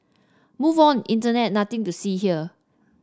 move on internet nothing to see here